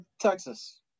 Texas